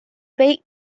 beic